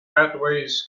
pathways